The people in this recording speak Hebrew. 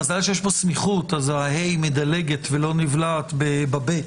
מזל שיש פה סמיכות, אז ה-ה' מדלגת ולא נבלעת ב-ב'.